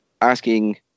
asking